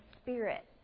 spirit